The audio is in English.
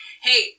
hey